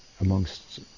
amongst